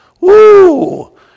Woo